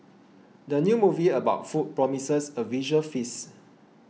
the new movie about food promises a visual feast